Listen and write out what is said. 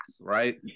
right